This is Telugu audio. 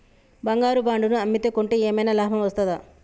బంగారు బాండు ను అమ్మితే కొంటే ఏమైనా లాభం వస్తదా?